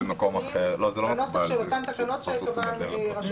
תיקונים לנוסח של אותן תקנות שקבעה רשות המבצעת.